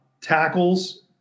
tackles